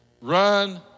run